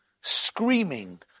screaming